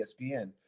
ESPN